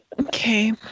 Okay